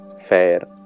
Fair